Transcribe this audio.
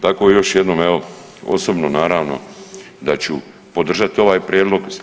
Tako još jednom evo osobno naravno da ću podržati ovaj prijedlog.